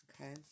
Okay